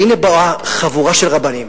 והנה באה חבורת רבנים